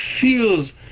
feels